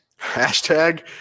Hashtag